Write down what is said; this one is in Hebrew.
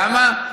למה?